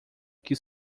que